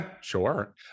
sure